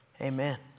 Amen